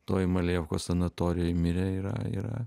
toj malejevkos sanatorijoj mirė yra yra